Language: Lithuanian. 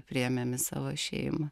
priėmėm į savo šeimą